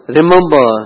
remember